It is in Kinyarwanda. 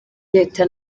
leta